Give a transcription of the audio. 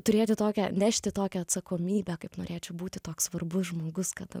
turėti tokią nešti tokią atsakomybę kaip norėčiau būti toks svarbus žmogus kada